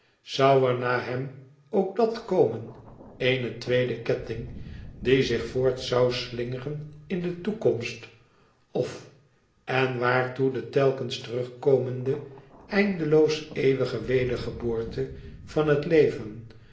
er na hem ook dàt komen eene tweede ketting die zich voort zoû slingeren in de toekomst of en waartoe de telkens terugkomende eindeloos eeuwige wedergeboorte van het leven